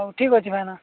ହଉ ଠିକ ଅଛି ଭାଇନା